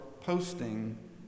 posting